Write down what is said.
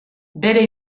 bere